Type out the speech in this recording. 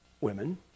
women